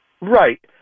Right